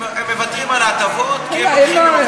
הם מוותרים על ההטבות כי הם לוקחים במקום אחר.